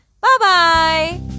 Bye-bye